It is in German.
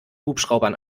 hubschraubern